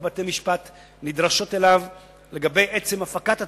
בתי-משפט נדרשים לו לגבי עצם הפקת התעודה,